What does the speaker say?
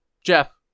jeff